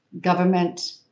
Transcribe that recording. government